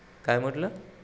काय म्हटलं